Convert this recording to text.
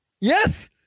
Yes